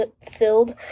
filled